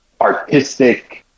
artistic